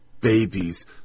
babies